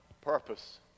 purpose